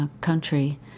country